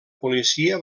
policia